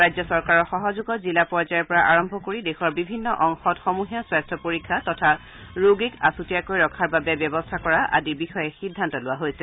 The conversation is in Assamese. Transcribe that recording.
ৰাজ্য চৰকাৰৰ সহযোগত জিলা পৰ্যায়ৰ পৰা আৰম্ভ কৰি দেশৰ বিভিন্ন অংশত সমূহীয়া স্বাস্থ্য পৰীক্ষা তথা ৰোগীক আছুতীয়াকৈ ৰখাৰ বাবে ব্যৱস্থা কৰা আদিৰ বিষয়ে সিদ্ধান্ত লোৱা হৈছে